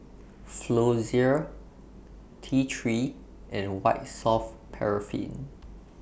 Floxia T three and White Soft Paraffin